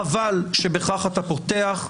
חבל שבכך אתה פותח.